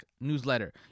newsletter